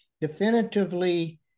definitively